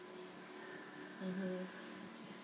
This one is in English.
mmhmm